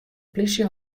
plysje